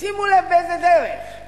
שימו לב באיזה דרך,